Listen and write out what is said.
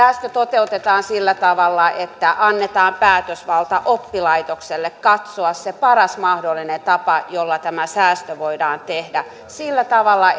säästö toteutetaan sillä tavalla että annetaan päätösvalta oppilaitokselle katsoa se paras mahdollinen tapa jolla tämä säästö voidaan tehdä sillä tavalla